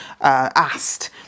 asked